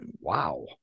Wow